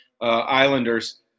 Islanders